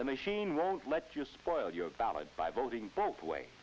the machine won't let you spoil your ballot by voting both way